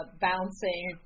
bouncing